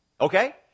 okay